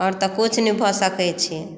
आओर तऽ कुछ नहि भऽ सकै छै